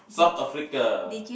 South Africa